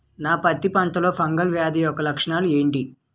నా పత్తి పంటలో ఫంగల్ వ్యాధి యెక్క లక్షణాలు ఏంటి?